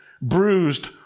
bruised